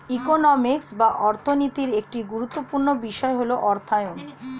economics বা অর্থনীতির একটি গুরুত্বপূর্ণ বিষয় হল অর্থায়ন